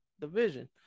division